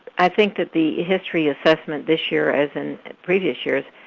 i think that the history assessment this year, as in previous years,